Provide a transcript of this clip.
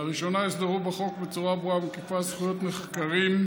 לראשונה יוסדרו בחוק בצורה ברורה ומקיפה זכויות נחקרים,